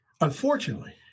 Unfortunately